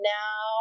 now